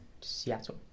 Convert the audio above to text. Seattle